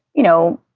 you know.